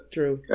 True